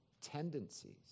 tendencies